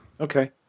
Okay